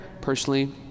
personally